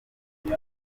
aya